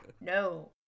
no